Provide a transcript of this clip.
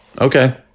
Okay